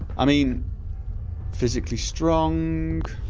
i mean physically strong